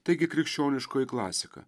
taigi krikščioniškoji klasika